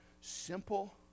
simple